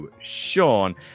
Sean